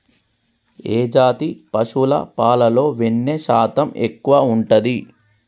ఏ జాతి పశువుల పాలలో వెన్నె శాతం ఎక్కువ ఉంటది?